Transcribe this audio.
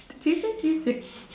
do they just use the